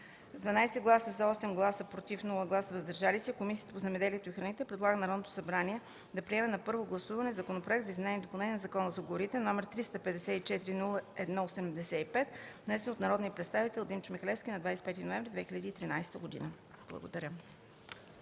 с 12 гласа “за”, 8 гласа “против” и без “въздържали се” Комисията по земеделието и храните предлага на Народното събрание да приеме на първо гласуване Законопроект за изменение и допълнение на Закона за горите, № 354-01-85, внесен от народния представител Димчо Михалевски на 25 ноември 2013 г.” Благодаря.